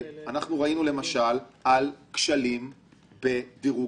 עכשיו, קיימתם החלטה לשנות את הנהלים של דירוג